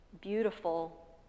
beautiful